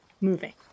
moving